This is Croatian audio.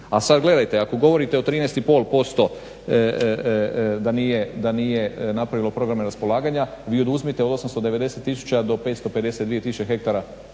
A sad gledajte, ako govorite o 13 i pol posto da nije napravilo programe raspolaganja vi oduzmite 890000 do 552000 ha